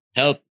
help